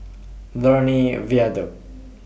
Lornie Viaduct